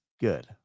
good